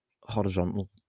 horizontal